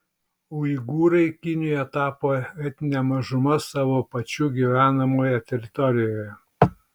uigūrai kinijoje tapo etnine mažuma savo pačių gyvenamoje teritorijoje